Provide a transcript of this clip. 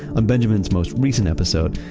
ah benjamen's most recent episode,